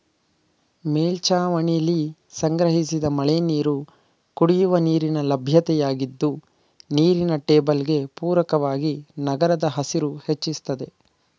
ಮೇಲ್ಛಾವಣಿಲಿ ಸಂಗ್ರಹಿಸಿದ ಮಳೆನೀರು ಕುಡಿಯುವ ನೀರಿನ ಲಭ್ಯತೆಯಾಗಿದ್ದು ನೀರಿನ ಟೇಬಲ್ಗೆ ಪೂರಕವಾಗಿ ನಗರದ ಹಸಿರು ಹೆಚ್ಚಿಸ್ತದೆ